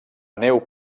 neu